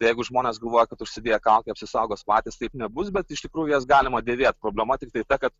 jeigu žmonės galvoja kad užsidėję kaukę apsisaugos patys taip nebus bet iš tikrųjų jas galima dėvėt problema tiktai ta kad